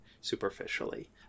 superficially